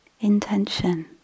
intention